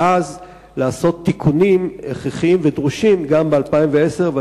ואז לעשות תיקונים הכרחיים ודרושים גם ב-2010.